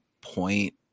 point